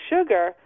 sugar